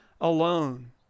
alone